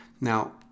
Now